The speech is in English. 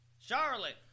Charlotte